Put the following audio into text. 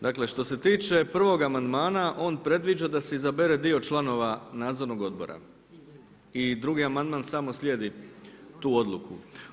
Dakle, što se tiče prvog amandmana, on predviđa da se izabere dio članova nadzornog odbora i drugi amandman samo slijedi tu odluku.